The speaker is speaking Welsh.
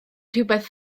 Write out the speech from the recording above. rhywbeth